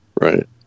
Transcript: Right